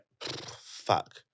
Fuck